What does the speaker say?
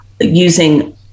using